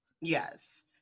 Yes